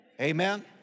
amen